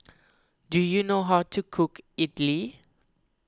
do you know how to cook Idili